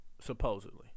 supposedly